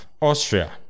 Austria